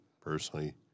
personally